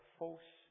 false